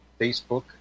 Facebook